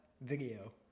video